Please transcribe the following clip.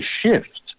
shift